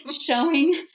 showing